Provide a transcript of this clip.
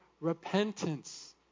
repentance